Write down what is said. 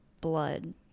blood